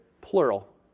plural